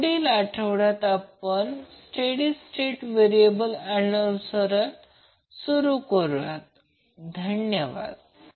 पुढे आपण magnetic circuits घेऊ आणि त्यानंतर थोडे सिंगल फेज ट्रान्सफॉर्मर आणि थोडे थ्री फेज इंडक्शन मशीनआणि DC मशीन पाहू